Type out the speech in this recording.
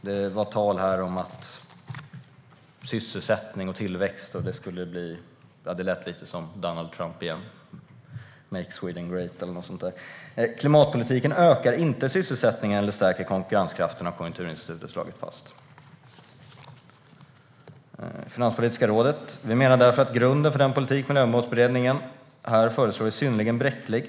Det var tal här om sysselsättning och tillväxt, och det lät lite som Donald Trump igen - make Sweden great, eller något sådant. "Klimatpolitiken ökar inte sysselsättningen eller stärker konkurrenskraften", har Konjunkturinstitutet slagit fast. Finanspolitiska rådet skriver: "Vi menar därför att grunden för den politik Miljömålsberedningen här föreslår är synnerligen bräcklig.